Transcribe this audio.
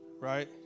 right